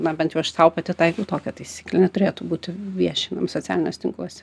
na bent jau aš sau pati taikau tokią taisyklę neturėtų būti viešinami socialiniuose tinkluose